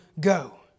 go